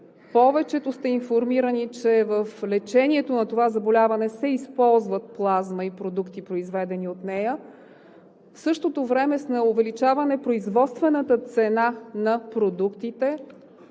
повечето сте информирани, че в лечението на това заболяване се използват плазма и продукти, произведени от нея. В същото време, с увеличаване производствената цена на продуктите,